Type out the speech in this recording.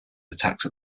attacks